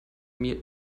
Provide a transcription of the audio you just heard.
mir